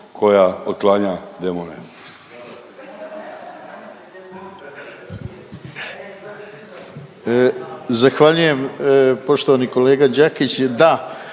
koja otklanja demone.